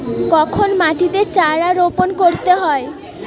কখন মাটিতে চারা রোপণ করতে হয়?